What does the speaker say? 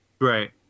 Right